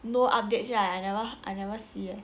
no updates right I never I never see